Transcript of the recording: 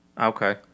Okay